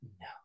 no